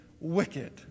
wicked